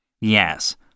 Yes